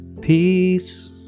Peace